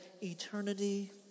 eternity